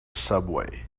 subway